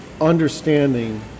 understanding